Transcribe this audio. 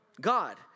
God